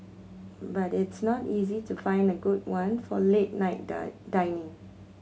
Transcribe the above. but it's not easy to find a good one for late night done dining